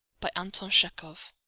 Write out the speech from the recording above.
by anton checkov